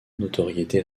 notoriété